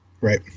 Right